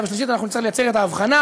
והשלישית אנחנו נצטרך לייצר את ההבחנה,